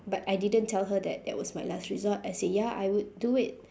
but I didn't tell her that that was my last resort I said ya I would do it